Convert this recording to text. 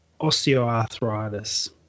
osteoarthritis